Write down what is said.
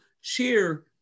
share